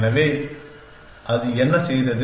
எனவே அது என்ன செய்தது